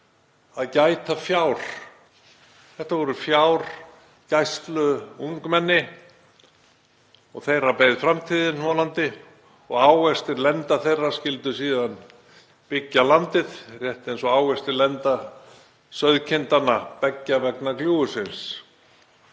að gæta fjár. Þetta voru fjárgæsluungmenni og þeirra beið framtíðin og ávextir lenda þeirra skyldu síðan byggja landið rétt eins og ávextir lenda sauðkindanna beggja vegna gljúfursins.